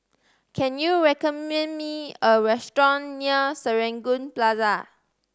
can you recommend me a restaurant near Serangoon Plaza